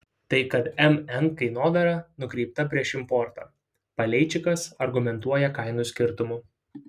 tai kad mn kainodara nukreipta prieš importą paleičikas argumentuoja kainų skirtumu